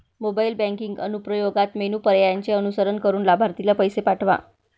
mobile banking अनुप्रयोगात menu पर्यायांचे अनुसरण करून लाभार्थीला पैसे पाठवा